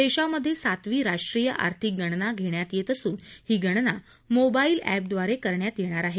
देशामध्ये सातवी राष्ट्रीय आर्थिक गणना घेण्यात येत असून ही गणना मोबा कि अॅपद्वारे करण्यात येणार आहे